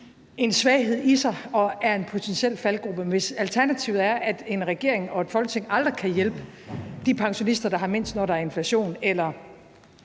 en svaghed i sig og er en potentiel faldgrube. Hvis alternativet er, at en regering og et Folketing aldrig kan hjælpe de pensionister, der har mindst, når der er inflation, eller